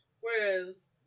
Whereas